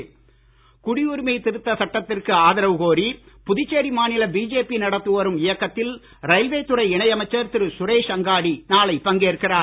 சுரேஷ் அங்காடி குடியுரிமை திருத்தச் சட்டத்திற்கு ஆதரவு கோரி புதுச்சேரி மாநில பிஜேபி நடத்தி வரும் இயக்கத்தில் ரயில்வே துறை இணை அமைச்சர் திரு சுரேஷ் அங்காடி நாளை பங்கேற்கிறார்